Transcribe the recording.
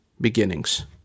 beginnings